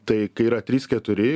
tai yra trys keturi